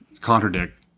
contradict